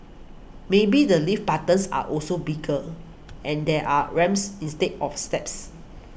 maybe the lift buttons are also bigger and there are ramps instead of steps